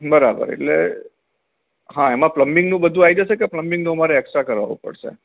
બરાબર એટલે હા એમાં પ્લબિંગનું બધુ આઈ જશે કે પ્લબિંગનું અમારે એકસ્ટ્રા કરાવું પળશે